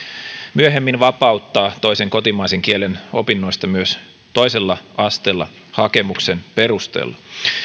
myöhemmin vapauttaa toisen kotimaisen kielen opinnoista myös toisella asteella hakemuksen perusteella